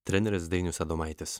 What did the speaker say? treneris dainius adomaitis